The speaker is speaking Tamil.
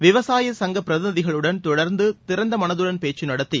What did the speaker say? விவசாய சங்கப் பிரதிநிதிகளுடன் தொடர்ந்து திறந்த மனதுடன் பேச்சு நடத்தி